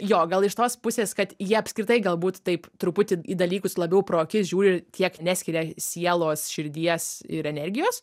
jo gal iš tos pusės kad jie apskritai galbūt taip truputį į dalykus labiau pro akis žiūri ir tiek neskiria sielos širdies ir energijos